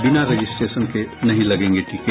बिना रजिस्ट्रेशन के नहीं लगेंगे टीके